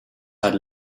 had